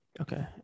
okay